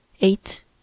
eight